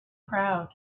crowd